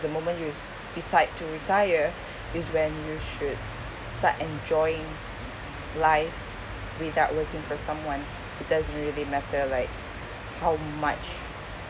the moment you've decide to retire is when you should start enjoying life without working for someone it doesn't really matter like how much